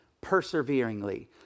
perseveringly